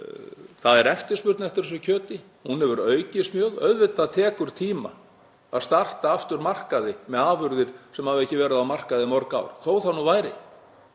að eftirspurn eftir þessu kjöti hefur aukist mjög. Auðvitað tekur tíma að starta aftur markaði með afurðir sem hafa ekki verið á markaði mörg ár, þó það nú væri,